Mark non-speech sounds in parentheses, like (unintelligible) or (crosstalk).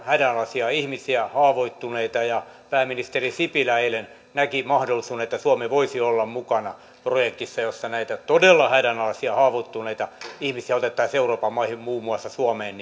hädänalaisia haavoittuneita ihmisiä niin pääministeri sipilä eilen näki mahdollisuuden että suomi voisi olla mukana projektissa jossa näitä todella hädänalaisia haavoittuneita ihmisiä otettaisiin euroopan maihin muun muassa suomeen (unintelligible)